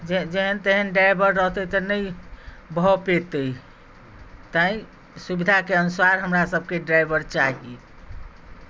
जेहन तेहन ड्राइवर रहतै तऽ नहि भऽ पेतै तेँ सुविधाके अनुसार हमरा सबके ड्राइवर चाही